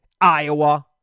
Iowa